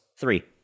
three